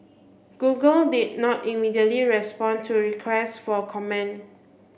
google did not immediately respond to requests for comment